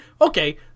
okay